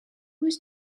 was